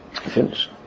Finish